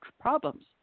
problems